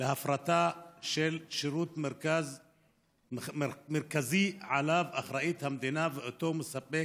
להפרטה של שירות מרכזי שהמדינה אחראית לו ומספק